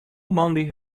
moandei